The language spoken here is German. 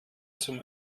zum